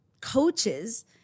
coaches